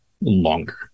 longer